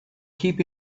keep